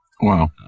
Wow